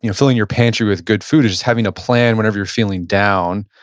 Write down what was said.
you know filling your pantry with good food or just having to plan whenever you're feeling down,